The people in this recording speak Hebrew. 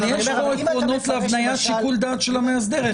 אבל יש פה עקרונות להבניית שיקול דעת של המאסדר.